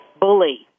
bully